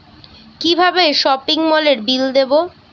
কিভাবে সপিং মলের বিল দেবো?